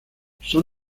son